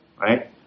right